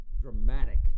dramatic